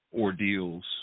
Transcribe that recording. ordeals